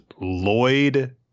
lloyd